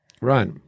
right